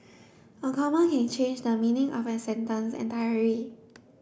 a comma can change the meaning of a sentence entirely